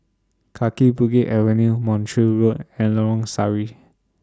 Kaki Bukit Avenue Montreal Road and Lorong Sari